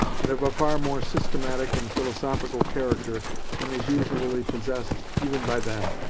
and of a far more systematic and philosophical character than is usually possessed even by them.